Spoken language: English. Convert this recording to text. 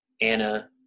Anna